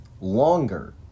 longer